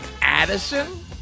Addison